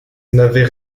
n’avait